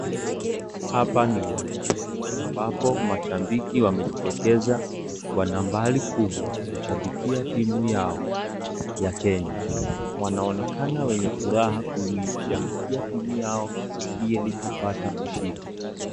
Hapa ni uwanjani ambapo mashambiki wamejitokeza kwa nambari kubwa kushambikia timu yao ya Kenya. Wanaonekana wenye furaha kuishambikia timu yao ili kupata ushindi.